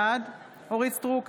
בעד אורית מלכה סטרוק,